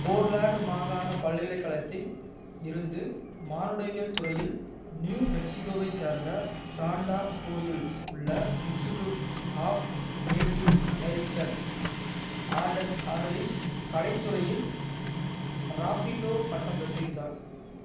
Portland மாகாணப் பல்கலைக் கழகத்தில் இருந்து மானுடவியல் துறையில் நியூ மெக்ஸிகோவைச் சேர்ந்த சாண்டா ஃபேயில் உள்ள Institute of Native American Art ஆர்ட்ஸில் கலைத் துறையில் ராஃபிடோ பட்டம் பெற்றிருந்தார்